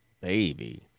Baby